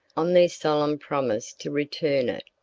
on their solemn promise to return it,